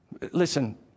Listen